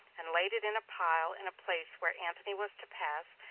and laid it in a pile in a place where antony was to pass,